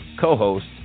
co-host